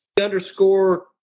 underscore